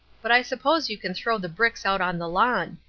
but i suppose you can throw the bricks out on the lawn.